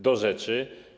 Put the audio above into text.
Do rzeczy.